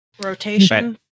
Rotation